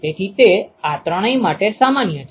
તેથી તે આ ત્રણેય માટે સામાન્ય છે